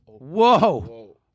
Whoa